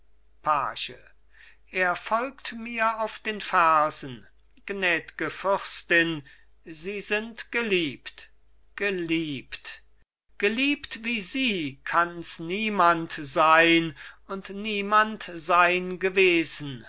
page er folgt mir auf den fersen gnädge fürstin sie sind geliebt geliebt geliebt wie sie kanns niemand sein und niemand sein gewesen